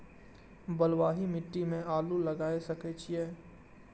बलवाही मिट्टी में आलू लागय सके छीये?